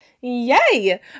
Yay